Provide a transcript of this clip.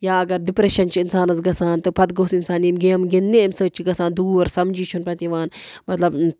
یا اگر ڈِپرٛٮ۪شَن چھُ اِنسانَس گژھان تہٕ پَتہٕ گوٚژھ اِنسان یِمہٕ گیٚمہٕ گِنٛدنہِ اَمہِ سۭتۍ چھِ گژھان دوٗر سَمجھٕے چھُنہٕ پَتہٕ یِوان مطلب